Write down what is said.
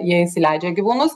jie įsileidžia gyvūnus